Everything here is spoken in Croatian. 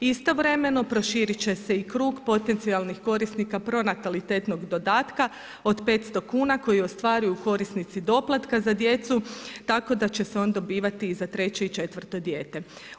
Istovremeno proširit će se i krug potencijalnih korisnika pronatalitetnog dodatka od 500 kuna koji ostvaruju korisnici doplatka za djecu tako da će se on dobivati za treće i četvrto dijete.